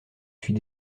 suis